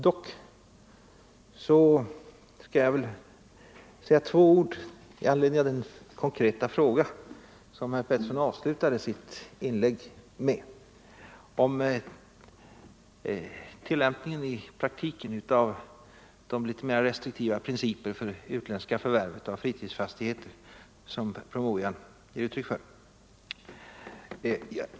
Dock skall jag säga några ord i anledning av den konkreta fråga som herr Pettersson avslutade sitt inlägg med — om tillämpningen i praktiken av de litet mer restriktiva principer för utländska förvärv av fritidsfastigheter som promemorian ger uttryck för.